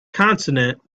consonant